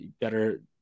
better